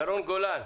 ירון גולן,